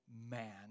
man